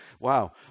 wow